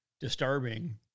disturbing